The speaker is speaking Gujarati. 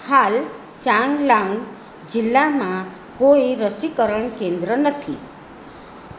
હાલ ચાંગલાંગ જિલ્લામાં કોઈ રસીકરણ કેન્દ્ર નથી